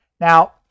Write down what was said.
Now